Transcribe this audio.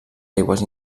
aigües